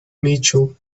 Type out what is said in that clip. mitchell